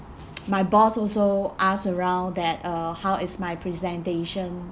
my boss also asked around that uh how is my presentation